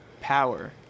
power